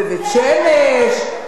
בבית-שמש,